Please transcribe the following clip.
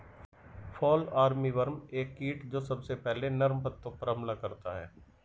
fall armyworm एक कीट जो सबसे पहले नर्म पत्तों पर हमला करता है